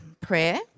prayer